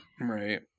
Right